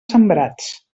sembrats